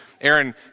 Aaron